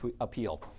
appeal